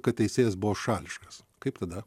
kad teisėjas buvo šališkas kaip tada